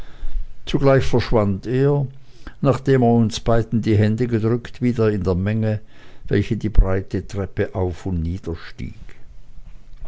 zugleich verschwand er nachdem er uns beiden die hände gedrückt wieder in der menge welche die breite treppe auf und niederstieg